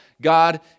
God